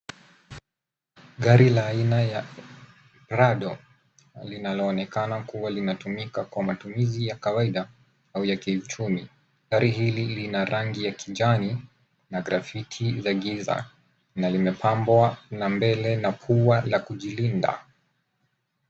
Gari la aina ya Prado linaloonekana kuwa linatumika kwa matumizi ya kawaida au ya kiuchumi. Gari hili lina rangi ya kijani na grafiti za giza na limepambwa na mbele na pua la kujilinda.